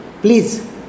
Please